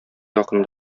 якын